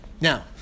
Now